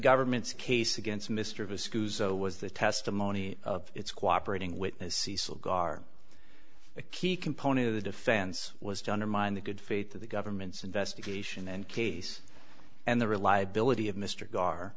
government's case against mr of a school was the testimony of its cooperate in witness cecil gar a key component of the defense was to undermine the good faith of the government's investigation and case and the reliability of mr gar